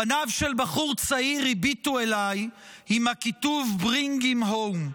פניו של בחור צעיר הביטו אליי עם הכיתוב Bring him home.